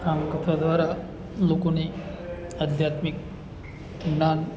રામકથા દ્વારા લોકોને આધ્યાત્મિક જ્ઞાન